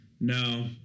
No